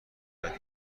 خیلی